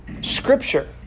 scripture